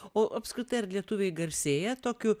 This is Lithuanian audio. o apskritai ar lietuviai garsėja tokiu